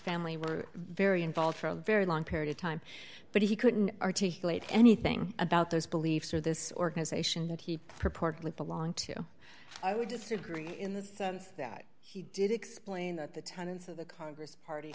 family were very involved for a very long period of time but he couldn't articulate anything about those beliefs or this organization that he purportedly belonged to i would disagree in the sense that he did explain that the tenants of the congress party